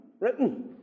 written